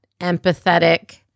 empathetic